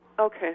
Okay